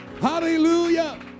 Hallelujah